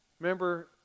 Remember